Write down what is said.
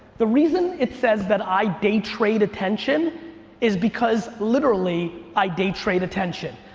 the reason it says that i day trade attention is because literally i day trade attention.